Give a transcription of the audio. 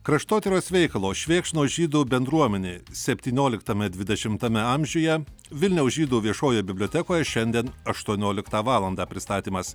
kraštotyros veikalo švėkšnos žydų bendruomenė septynioliktame dvidešimtame amžiuje vilniaus žydų viešojoj bibliotekoje šiandien aštuonioliktą valandą pristatymas